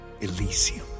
Elysium